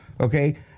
Okay